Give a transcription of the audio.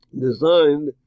designed